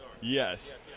yes